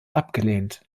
abgelehnt